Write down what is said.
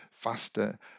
faster